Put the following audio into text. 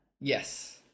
Yes